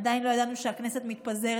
עדיין לא ידעתי שהכנסת מתפזרת,